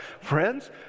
Friends